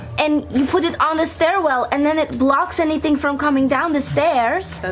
and you put it on the stairwell and then it blocks anything from coming down the stairs,